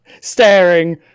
staring